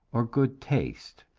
or good taste,